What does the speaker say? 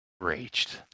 raged